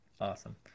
Awesome